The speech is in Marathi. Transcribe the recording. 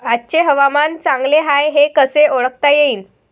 आजचे हवामान चांगले हाये हे कसे ओळखता येईन?